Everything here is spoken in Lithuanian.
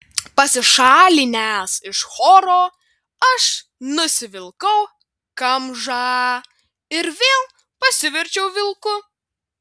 pasišalinęs iš choro aš nusivilkau kamžą ir vėl pasiverčiau vilku